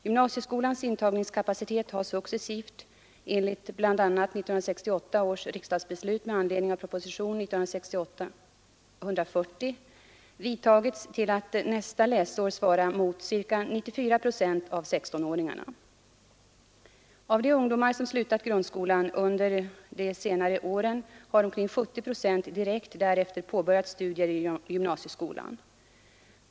Gymnasieskolans intagningskapacitet har successivt — enligt bl.a. 1968 års riksdagsbeslut med anledning av propositionen 1968:140 — vidgats till att nästa läsår svara mot ca 94 procent av 16-åringarna. Av de ungdomar som slutat grundskolan under de senare åren har omkring 70 procent direkt därefter påbörjat studier i gymnasieskolan.